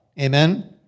amen